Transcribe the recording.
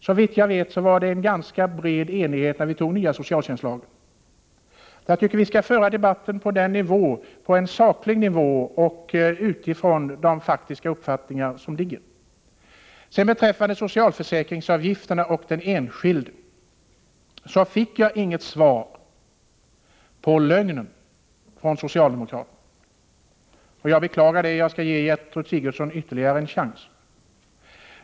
Såvitt jag vet rådde det ganska bred enighet, då vi antog den nya socialtjänstlagen. Jag tycker att vi skall föra debatten på en saklig nivå och utifrån de faktiska uppfattningar som föreligger. Beträffande socialförsäkringsavgiften och den enskilde fick jag inget svar på min fråga om lögnen från socialdemokraternas sida. Jag beklagar det, och jag skall ge Gertrud Sigurdsen ytterligare en chans att svara.